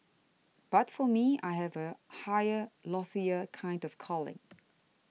but for me I have a higher loftier kind of calling